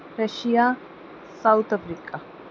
Russia South Africa